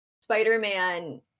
Spider-Man